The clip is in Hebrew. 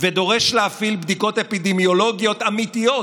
ודורש להפעיל בדיקות אפידמיולוגיות אמיתיות